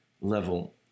level